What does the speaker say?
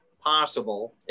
possible